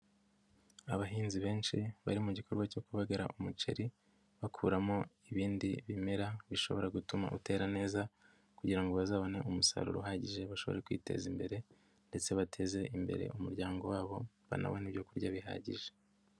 Abahinzi benshi bari mu gikorwa cyo kubaga umuceri, bakuramo ibindi bimera bishobora gutuma utera neza kugira ngo bazabone umusaruro uhagije bashobore kwiteza imbere ndetse bateze imbere umuryango wabo, banabona ibyo kurya bihagije.